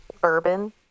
Bourbon